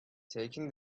taking